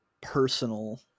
personal